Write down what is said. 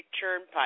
turnpike